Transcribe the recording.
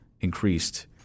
increased